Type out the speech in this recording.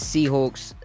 Seahawks